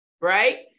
right